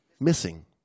missing